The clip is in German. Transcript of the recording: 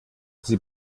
sie